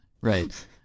right